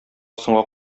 соңга